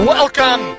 Welcome